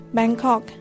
Bangkok